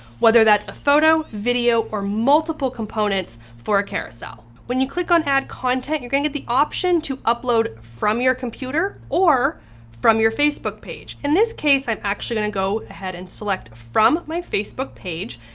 whether that's a photo, video, or multiple components for a carousel. when you click on add content, you're gonna get the option to upload from your computer or from your facebook page. in this case, i'm actually gonna go ahead and select from my facebook page,